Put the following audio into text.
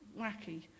wacky